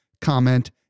comment